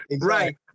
Right